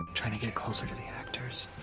trying to get closer to the actors.